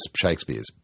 Shakespeare's